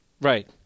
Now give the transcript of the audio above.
Right